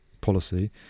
policy